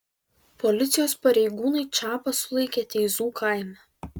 policijos pareigūnai čapą sulaikė teizų kaime